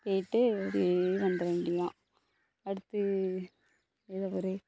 போய்ட்டு அப்படி வந்துடணும் எல்லாம் அடுத்து ஏதோ ஒரு